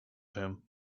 him